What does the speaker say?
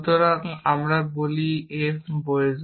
সুতরাং আমরা বলি f বৈধ